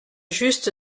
juste